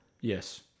Yes